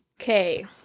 Okay